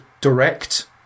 direct